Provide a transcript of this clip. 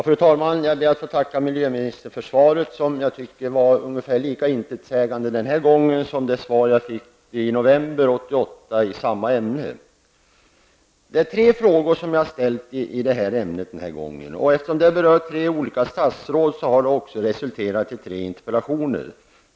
Fru talman! Jag ber att få tacka miljöministern för svaret, som jag tycker var ungefär lika intetsägande den här gången som det svar som jag fick i november 1988 i samma ämne. Det är tre frågor som jag den här gången har ställt i det här ämnet. Eftersom de berör tre olika statsråd har de också resulterat i tre olika interpellationer.